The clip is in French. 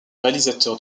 réalisateur